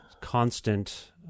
constant